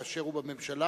כאשר הוא בממשלה,